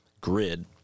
grid